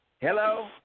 hello